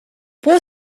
può